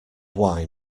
why